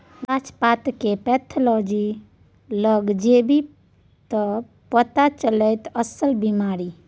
गाछ पातकेर पैथोलॉजी लग जेभी त पथा चलतौ अस्सल बिमारी